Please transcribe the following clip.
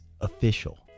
official